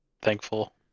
thankful